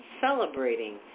celebrating